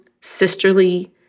sisterly